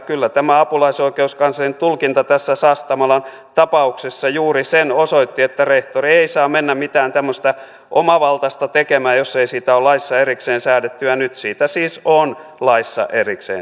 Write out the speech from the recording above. kyllä tämä apulaisoikeuskanslerin tulkinta tässä sastamalan tapauksessa juuri sen osoitti että rehtori ei saa mennä mitään tämmöistä omavaltaista tekemään jos ei siitä ole laissa erikseen säädetty ja nyt siitä siis on laissa erikseen säädetty